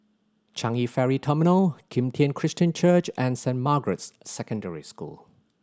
Changi Ferry Terminal Kim Tian Christian Church and Saint Margaret's Secondary School